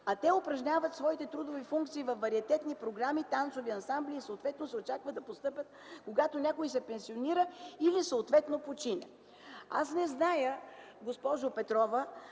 а те упражняват своите трудови функции във вариететни програми, танцови ансамбли и съответно се очаква да постъпят, когато някой се пенсионира или съответно почине”. Аз не зная, госпожо Петрова,